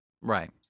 right